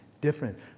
different